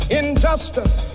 injustice